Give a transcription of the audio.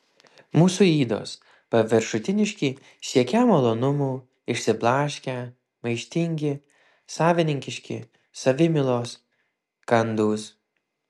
mūsų ydos paviršutiniški siekią malonumų išsiblaškę maištingi savininkiški savimylos kandūs